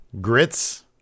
Grits